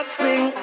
sing